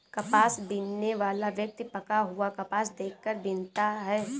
कपास बीनने वाला व्यक्ति पका हुआ कपास देख कर बीनता है